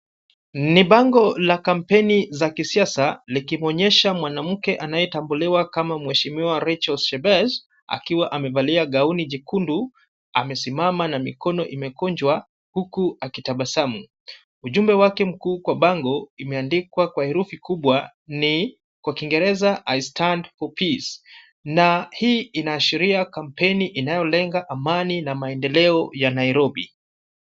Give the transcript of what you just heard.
Ni bango la kampeni za kisiasa, likimwonyesha mwanamke anayetambuliwa kama Mheshimiwa Rachel Shebesi. Akiwa amevalia gauni jekundu. Amesimama na mikono imekunjwa, huku akitabasamu. Ujumbe wake mkuu kwa bango, imeandikwa kwa herufi kubwa ni kwa kingereza, I stand for peace] . Na hii inaashiria kampeni inayolenga amani na maendeleo ya Nairobi.